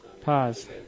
Pause